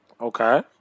Okay